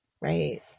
Right